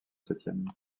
septième